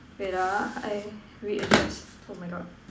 wait ah I readjust oh my God